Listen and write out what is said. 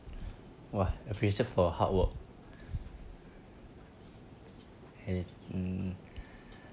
!wah! I praise you for hard work uh um